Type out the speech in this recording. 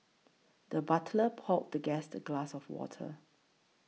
the butler poured the guest a glass of water